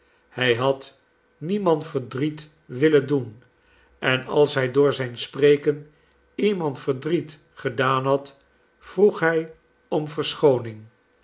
hij had niemand verdriet willen doen en als hij door zijn spreken iemand verdriet gedaan had vroeg hij om verschooning